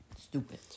Stupid